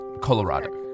Colorado